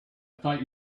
thought